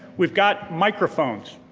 we've got microphones.